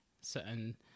certain